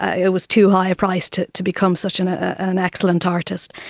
it was too high a price to to become such an ah an excellent artist.